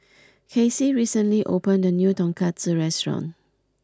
Kacy recently opened a new Tonkatsu restaurant